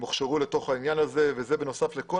הם הוכשרו בעניין הזה וזה בנוסף לכל